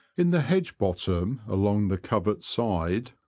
in the hedge bottom, along the covert side,